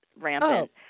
rampant